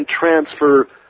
transfer